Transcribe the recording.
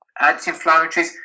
anti-inflammatories